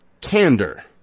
candor